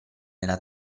nella